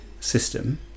system